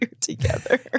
together